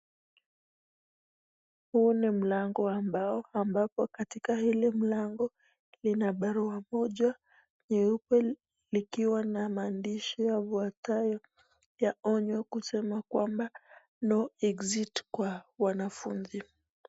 Huu ni mlango ambapo katika hili mlango lina barua moja nyeupe likiwa na maandishi yafuatayo ya onyo kusema kwamba no exit kwa wanafunzi.